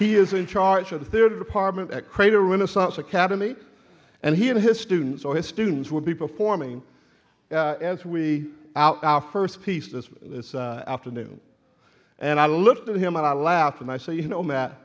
he is in charge of their department at crater renaissance academy and he and his students or his students will be performing as we our first piece this afternoon and i looked at him and i laugh and i say you know ma